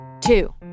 two